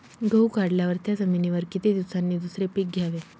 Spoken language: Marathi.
गहू काढल्यावर त्या जमिनीवर किती दिवसांनी दुसरे पीक घ्यावे?